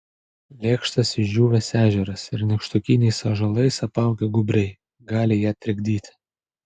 lėkštas išdžiūvęs ežeras ir nykštukiniais ąžuolais apaugę gūbriai gali ją trikdyti